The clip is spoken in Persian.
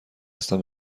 هستم